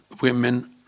women